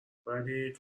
ولی